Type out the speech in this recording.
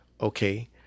okay